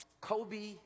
Kobe